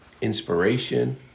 inspiration